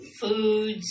foods